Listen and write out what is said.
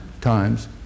times